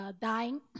dying